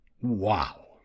Wow